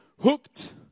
Hooked